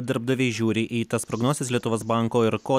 darbdaviai žiūri į tas prognozes lietuvos banko ir ko